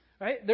right